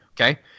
Okay